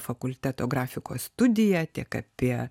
fakulteto grafikos studiją tiek apie